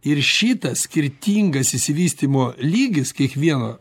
ir šitas skirtingas išsivystymo lygis kiekvieno